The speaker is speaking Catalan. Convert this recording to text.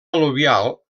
al·luvial